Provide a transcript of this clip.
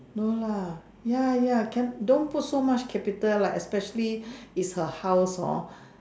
no lah ya ya can don't put so much capital lah especially it's her house hor